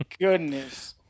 goodness